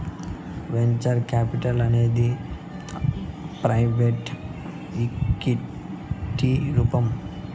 venture capital అనేది private ఈక్విటికి రూపం